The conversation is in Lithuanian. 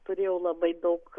turėjau labai daug